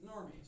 normies